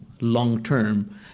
long-term